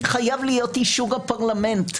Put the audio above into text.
חייב להיות אישור הפרלמנט.